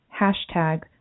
hashtag